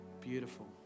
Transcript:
beautiful